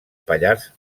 pallars